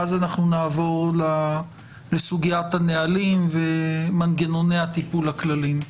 ואז אנחנו נעבור לסוגיית הנהלים ומנגנוני הטיפול הכלליים.